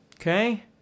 Okay